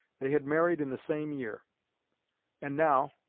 they had married in the same year and now,